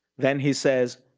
then he says,